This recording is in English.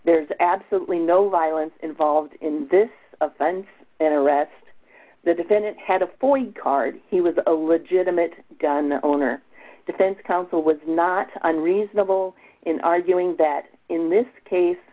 there's absolutely no violence involved in this offense an arrest the defendant had a forty card he was a legitimate gun owner defense counsel was not unreasonable in arguing that in this case